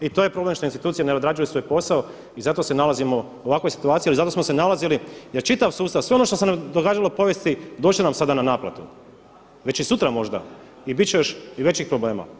I to je problem što institucije ne odrađuju svoj posao i zato se nalazimo u ovakvoj situaciji, ali zato smo se nalazili, jer čitav sustav, sve ono što događalo u povijesti doći će nam sada na naplatu, veći i sutra možda i bit će i većih problema.